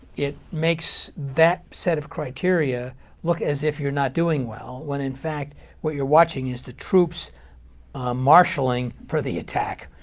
it makes that set of criteria look as if you're not doing well, when in fact what you're watching is the troops marshaling for the attack,